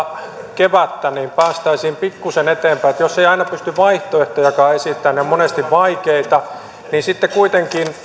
kevättä niin päästäisiin pikkuisen eteenpäin jos ei aina pysty vaihtoehtojakaan esittämään ne ovat monesti vaikeita niin sitten kuitenkin